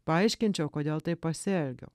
paaiškinčiau kodėl taip pasielgiau